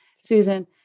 Susan